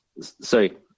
sorry